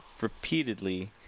repeatedly